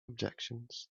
objections